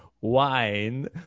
wine